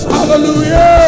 Hallelujah